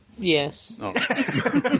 Yes